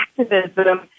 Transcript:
activism